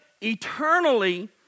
eternally